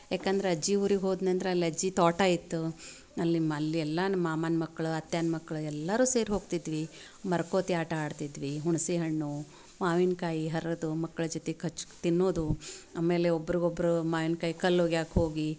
ಯಾಕಂದ್ರೆ ಅಜ್ಜಿ ಊರಿಗೆ ಹೋದ್ನಂದ್ರೆ ಅಲ್ಲಿ ಅಜ್ಜಿ ತೋಟ ಇತ್ತು ಅಲ್ಲಿ ಮಲ್ ಎಲ್ಲ ನಮ್ಮ ಮಾಮನ ಮಕ್ಳು ಅತ್ಯಾನ ಮಕ್ಳು ಎಲ್ಲರೂ ಸೇರಿ ಹೋಗ್ತಿದ್ವಿ ಮರಕೋತಿ ಆಟ ಆಡ್ತಿದ್ವಿ ಹುಣ್ಸೆಹಣ್ಣು ಮಾವಿನ ಕಾಯಿ ಹರಿದು ಮಕ್ಳ ಜೊತೆ ಕಚ್ಚಿ ತಿನ್ನೋದು ಆಮೇಲೆ ಒಬ್ರಿಗೊಬ್ರು ಮಾವಿನಕಾಯಿ ಕಲ್ಲು ಒಗಿಯಕ್ಕ ಹೋಗಿ